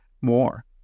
more